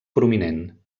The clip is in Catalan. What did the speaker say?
prominent